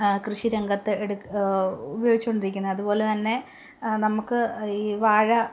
കൃഷി രംഗത്ത് എടുത്ത് ഉപയോഗിച്ചോണ്ടിരിക്കുന്നത് അതുപോലെ തന്നെ നമുക്ക് ഈ വാഴ